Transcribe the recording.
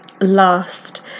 last